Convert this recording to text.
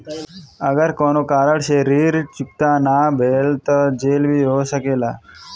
अगर कौनो कारण से ऋण चुकता न भेल तो का जेल भी हो सकेला?